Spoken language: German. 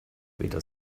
weder